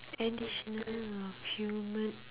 additional of human